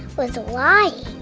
was lying.